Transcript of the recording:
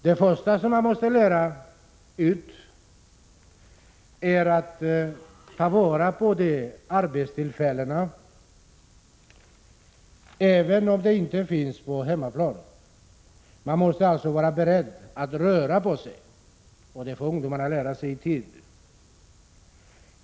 Det första man måste lära ut är att ta vara på arbetstillfällena, även om de inte finns på hemmaplan. Man måste alltså vara beredd att röra på sig. Det får ungdomarna lära sig i tid.